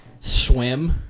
swim